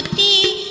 e